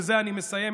ובזה אני מסיים,